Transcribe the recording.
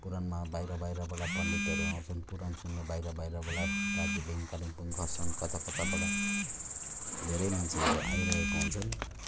पुराणमा बाहिर बाहिरबाट पन्डितहरू आउँछन् पुराण सुन्नु बाहिर बाहिरबाट दार्जिलिङ कालिम्पोङ खर्साङ कता कताबाट धेरै मान्छेहरू आइरहेको हुन्छन्